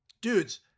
dudes